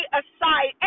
aside